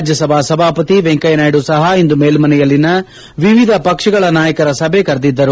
ರಾಜ್ಯಸಭಾ ಸಭಾಪತಿ ವೆಂಕಯ್ಯ ನಾಯ್ಡ ಸಹ ಇಂದು ಮೇಲ್ಮನೆಯಲ್ಲಿನ ವಿವಿಧ ಪಕ್ಷಗಳ ನಾಯಕರ ಸಭೆ ಕರೆದಿದ್ದರು